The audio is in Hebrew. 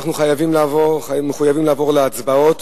אנחנו מחויבים לעבור להצבעות.